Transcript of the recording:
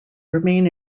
remain